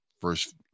first